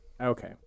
okay